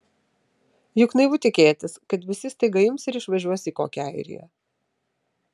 juk naivu tikėtis kad visi staiga ims ir išvažiuos į kokią airiją